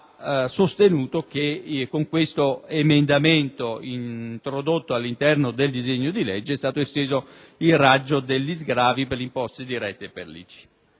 sostenuto che con questo emendamento introdotto all'interno del disegno di legge è stato esteso il raggio degli sgravi per le imposte dirette e per l'ICI.